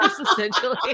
essentially